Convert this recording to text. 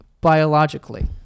biologically